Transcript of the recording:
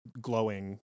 glowing